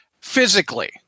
physically